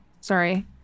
Sorry